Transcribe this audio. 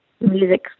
music